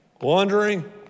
Wandering